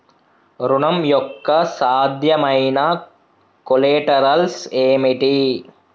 ఋణం యొక్క సాధ్యమైన కొలేటరల్స్ ఏమిటి?